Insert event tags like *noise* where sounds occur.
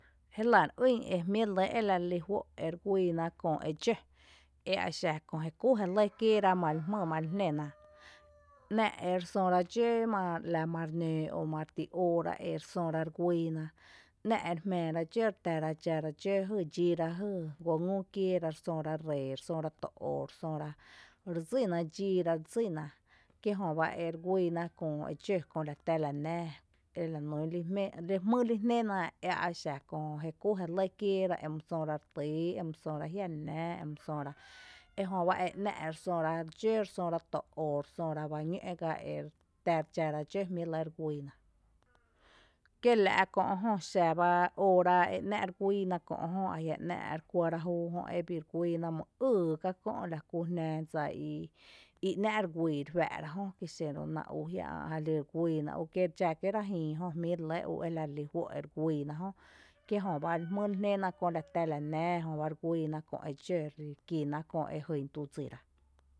Jélⱥ re ýn ejmíi’ re lɇ ela relí juó’ ere guyyna köö e dxǿ eaxa köö jé küu’ jé lɇ kiéera mali jmý mali jnén, *noise* ‘ná’ ere söra dxǿ mare ‘la mare nǿǿ o mare ti oora ere söra re guyyna, ná’ ere jmⱥⱥ ra dxǿ ere tⱥre dxara dxǿ lajy dxíra lajy guo ngú kieera resöra ree re söra to ó redsína dxíra re dsína kí jöba ere guyyna köö e dxǿ köö ela tⱥla nⱥⱥ ela nún lí *hesitation* elanún lí jmýli jnéna eaexa köö jé kúu’ jé lɇ kieera emy söra re týy emi söra jiala nⱥⱥ *noise* emisöra ejöba e ‘ná’ ere söra dxǿ resöra to ó resöra bá ñǿ’ gá re ta re dxara dxǿ e jmíi’ re guyyna, kiela’ kö’ jö xaba óora e ná’ re guýyna kö’ jö ajia’ ‘ná’ ere kuɇra júu e bii re guyyna emy ýy ká kö’ la kú jná dsa I ‘ná’ re guy re juaa’ra jö kíxenru’ná I a jia’ ä’ jalí re guyyna ú, kí re dxⱥ kiera jïï ú ela re lí juó’ ere guyyna jónɇ kí jöba li jmýli jnéna köö *noise* ela tá la nⱥⱥ, jöba re guyyna köö edxǿ, köö ejyn tudsira.